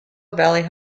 valley